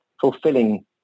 fulfilling